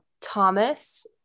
Thomas